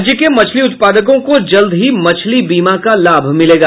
राज्य के मछली उत्पादकों को जल्द ही मछली बीमा का लाभ मिलेगा